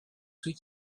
ceux